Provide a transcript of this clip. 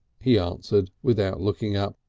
he answered without looking up.